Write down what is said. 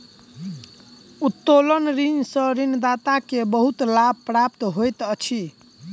उत्तोलन ऋण सॅ ऋणदाता के बहुत लाभ प्राप्त होइत अछि